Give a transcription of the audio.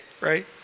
right